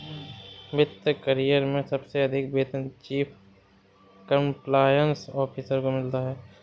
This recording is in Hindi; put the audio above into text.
वित्त करियर में सबसे अधिक वेतन चीफ कंप्लायंस ऑफिसर को मिलता है